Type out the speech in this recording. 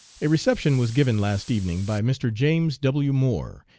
a reception was given last evening by mr. james w. moore,